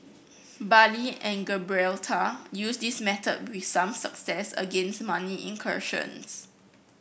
Bali and Gibraltar used this method with some success against money incursions